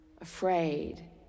afraid